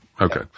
Okay